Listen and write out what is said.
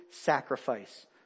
sacrifice